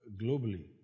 globally